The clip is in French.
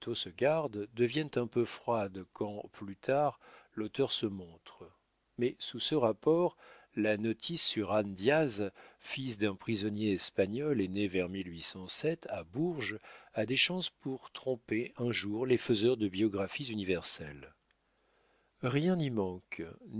garde deviennent un peu froides quand plus tard l'auteur se montre mais sous ce rapport la notice sur jan diaz fils d'un prisonnier espagnol et né vers à bourges a des chances pour tromper un jour les faiseurs de biographies universelles rien n'y manque